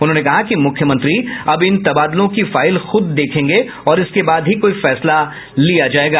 उन्होंने कहा कि मुख्यमंत्री अब इन तबादलों की फाइल खुद देखेंगे और इसके बाद ही कोई फैसला लिया जायेगा